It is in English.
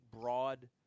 broad